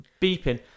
beeping